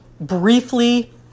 briefly